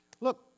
Look